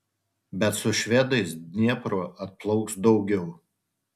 bet su švedais dniepru atplauks daugiau